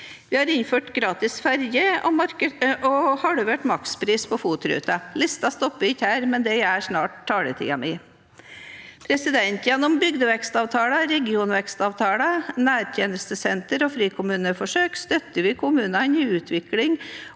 Vi har innført gratis ferge og halvert makspris på FOT-ruter. Listen stopper ikke her, men det gjør snart taletiden min. Gjennom bygdevekstavtaler, regionvekstavtaler, nærtjenestesentre og frikommuneforsøk støtter vi kommunene i utvikling